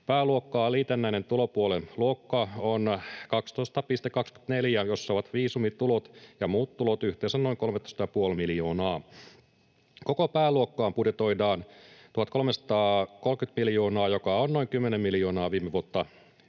Pääluokkaan liitännäinen tulopuolen luokka on 12.24, jossa ovat viisumitulot ja muut tulot, yhteensä noin 13,5 miljoonaa. Koko pääluokkaan budjetoidaan 1 330 miljoonaa, joka on noin 10 miljoonaa tätä kuluvaa vuotta